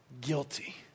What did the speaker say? guilty